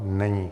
Není.